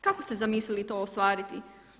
Kako ste zamislili to ostvariti?